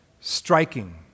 striking